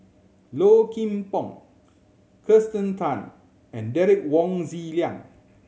Low Kim Pong Kirsten Tan and Derek Wong Zi Liang